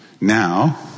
now